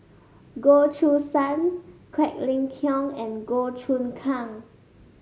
Goh Choo San Quek Ling Kiong and Goh Choon Kang